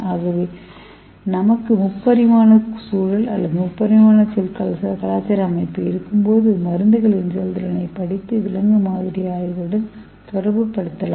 ஆகவே நமக்கு முப்பரிமாண சூழல் அல்லது முப்பரிமாண செல் கலாச்சார அமைப்பு இருக்கும்போது மருந்துகளின் செயல்திறனைப் படித்து விலங்கு மாதிரி ஆய்வுகளுடன் தொடர்புபடுத்தலாம்